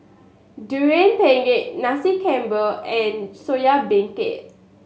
Durian Pengat Nasi Campur and Soya Beancurd